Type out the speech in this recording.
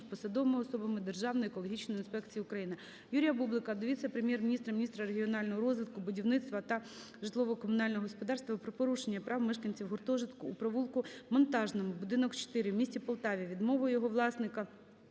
посадовими особами Державної екологічної інспекції України. Юрія Бублика до віце-прем'єр-міністра – міністра регіонального розвитку, будівництва та житлово-комунального господарства про порушення прав мешканців гуртожитку у провулку Монтажному, будинок 4, у місті Полтаві відмовою його власника